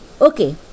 Okay